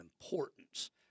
importance